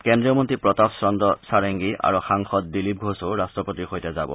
কেন্দ্ৰীয় মন্ত্ৰী প্ৰতাপ চন্দ্ৰ সাৰেংগী আৰু সাংসদ দিলীপ ঘোষো ৰাষ্ট্ৰপতিৰ সৈতে যাব